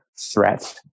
threat